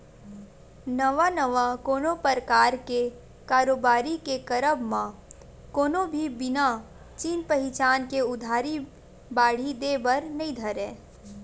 नवा नवा कोनो परकार के कारोबारी के करब म कोनो भी बिना चिन पहिचान के उधारी बाड़ही देय बर नइ धरय